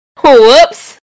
Whoops